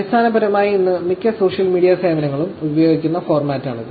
അടിസ്ഥാനപരമായി ഇന്ന് മിക്ക സോഷ്യൽ മീഡിയ സേവനങ്ങളും ഉപയോഗിക്കുന്ന ഫോർമാറ്റാണിത്